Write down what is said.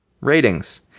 Ratings